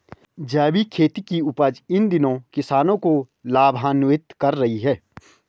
जैविक खेती की उपज इन दिनों किसानों को लाभान्वित कर रही है